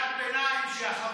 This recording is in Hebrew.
אני אומר לך בקריאת ביניים: שחברי